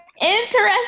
Interesting